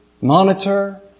monitor